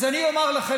אז אני אומר לכם,